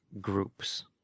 groups